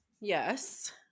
Yes